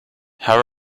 how